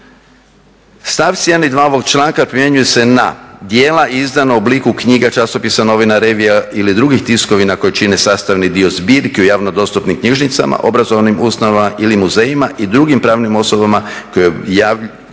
Stavci 1. i 2. ovog članka primjenjuju se na djela izdana u obliku knjiga, časopisa, novina, revija ili drugih tiskovina koje čine sastavni dio zbirke u javno dostupnim knjižnicama, obrazovni ustanovama ili muzejima i drugim pravnim osobama koje obavljaju